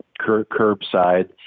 curbside